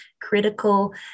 critical